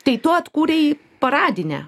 tai tu atkūrei paradinę